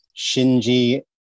Shinji